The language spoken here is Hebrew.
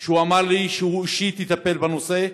והוא אמר לי שהוא אישית יטפל בנושא,